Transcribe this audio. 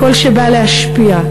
קול שבא להשפיע,